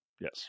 yes